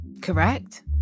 Correct